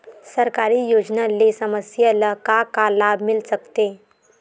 सरकारी योजना ले समस्या ल का का लाभ मिल सकते?